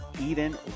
eden